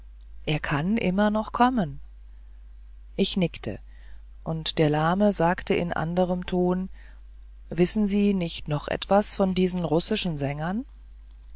er kann immer noch kommen ich nickte und der lahme sagte in anderem ton wissen sie nicht noch etwas von diesen russischen sängern